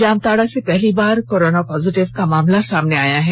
जामताड़ा से पहली बार कोरोना पॉजिटिव का मामला सामने आया है